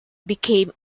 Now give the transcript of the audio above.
became